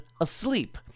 Asleep